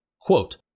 Quote